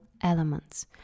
elements